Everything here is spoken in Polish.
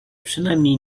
przynajmniej